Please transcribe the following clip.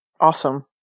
Awesome